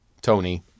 Tony